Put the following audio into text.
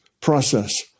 process